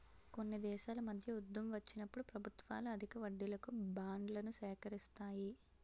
కొన్ని దేశాల మధ్య యుద్ధం వచ్చినప్పుడు ప్రభుత్వాలు అధిక వడ్డీలకు బాండ్లను సేకరిస్తాయి